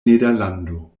nederlando